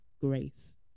grace